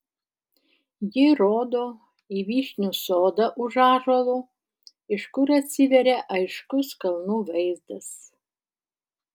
ji rodo į vyšnių sodą už ąžuolo iš kur atsiveria aiškus kalnų vaizdas